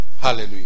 Hallelujah